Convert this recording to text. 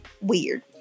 weird